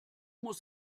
muss